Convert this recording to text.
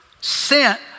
sent